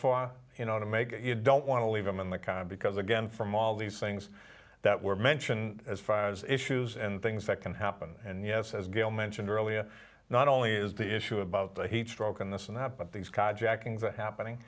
for you know to make you don't want to leave them in the calm because again from all these things that were mentioned as far as issues and things that can happen and yes as gayle mentioned earlier not only is the issue about the heat stroke and this and that but th